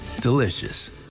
delicious